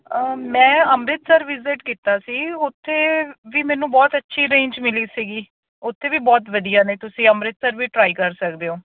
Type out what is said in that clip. ਮੈਂ ਅੰਮ੍ਰਿਤਸਰ ਵਿਜ਼ਿਟ ਕੀਤਾ ਸੀ ਉੱਥੇ ਵੀ ਮੈਨੂੰ ਬਹੁਤ ਅੱਛੀ ਰੇਂਜ ਮਿਲੀ ਸੀਗੀ ਉੱਥੇ ਵੀ ਬਹੁਤ ਵਧੀਆ ਨੇ ਤੁਸੀਂ ਅੰਮ੍ਰਿਤਸਰ ਵੀ ਟਰਾਈ ਕਰ ਸਕਦੇ ਓਂ